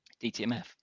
DTMF